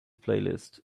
playlist